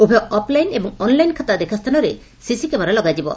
ଉଭୟ ଅପଲାଇନ ଏବଂ ଅନଲାଇନ ଖାତା ଦେଖାସ୍ବାନରେ ସିସି କ୍ୟାମେରା ଲାଗିବ